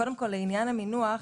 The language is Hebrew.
לעניין המינוח,